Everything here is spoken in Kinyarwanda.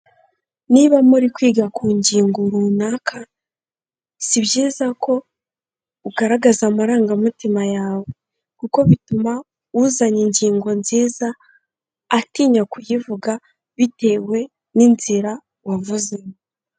Niba muri kwiga ku ngingo runaka, si byiza ko ugaragaza amarangamutima yawe. Kuko bituma uzanye ingingo nziza, atinya kuyivuga, bitewe n'inzira wavuzemo.